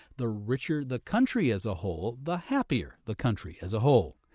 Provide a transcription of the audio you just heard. the richer the country as a whole, the happier the country as a whole.